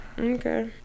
Okay